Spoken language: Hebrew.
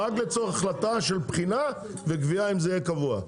רק לצורך החלטה ובחינה אם זה יהיה קבוע.